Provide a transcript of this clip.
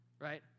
right